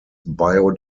bio